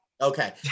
Okay